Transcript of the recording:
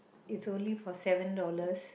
is only for seven dollars